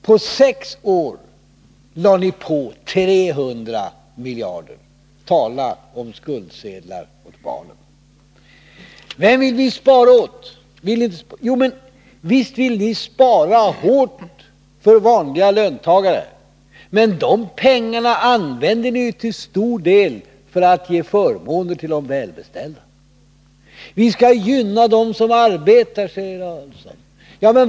På sex år lade ni på 300 miljarder kronor. Tala om skuldsedlar åt barnen! Visst vill ni spara hårt för vanliga löntagare, men de pengarna använde ni till stor del för att ge förmåner åt de välbeställda. Vi skall gynna dem som arbetar, säger Ulf Adelsohn.